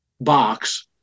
box